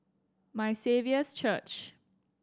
My Saviour's Church